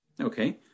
Okay